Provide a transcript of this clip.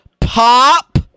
Pop